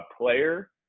player